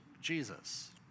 Jesus